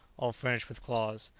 all furnished with claws.